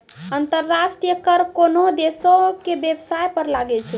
अंतर्राष्ट्रीय कर कोनोह देसो के बेबसाय पर लागै छै